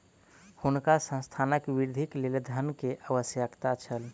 हुनका संस्थानक वृद्धिक लेल धन के आवश्यकता छल